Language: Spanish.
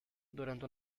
durante